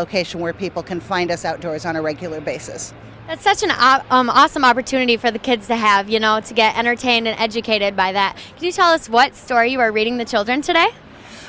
location where people can find us outdoors on a regular basis at such an awesome opportunity for the kids to have you know to get entertained educated by that you tell us what story you are reading the children today